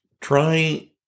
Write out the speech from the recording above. try